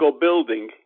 building